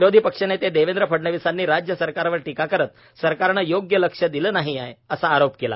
विरोधी पक्षनेते देवेंद्र फडणवीसांनी राज्य सरकारवर टीका करत सरकारने योग्य लक्ष दिलं नाही आहे असा आरोप केला